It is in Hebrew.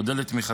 אודה על תמיכתכם.